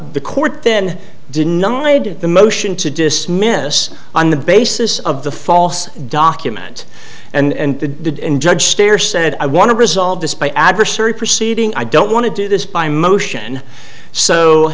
the court then denied the motion to dismiss on the basis of the false document and the judge stare said i want to resolve this by adversary proceeding i don't want to do this by motion so